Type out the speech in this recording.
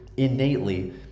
innately